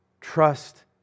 Trust